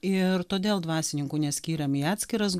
ir todėl dvasininkų neskyrėm į atskiras